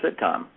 sitcom